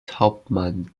hauptmann